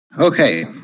Okay